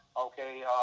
okay